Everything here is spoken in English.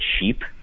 cheap